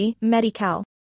Medi-Cal